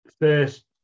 first